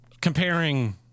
comparing